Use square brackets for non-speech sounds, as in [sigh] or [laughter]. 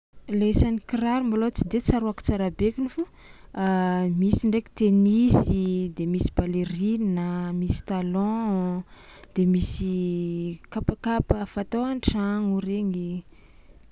Le isan'ny kiraro malôha tsy de tsaroako tsara bekiny fô [hesitation] misy ndraiky tenisy, de misy ballerine a, misy talon de misy kapakapaka fatao an-tragno regny.